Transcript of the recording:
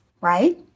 right